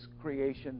creation